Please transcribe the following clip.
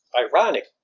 ironic